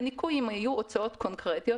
בניכוי אם היו הוצאות קונקרטיות.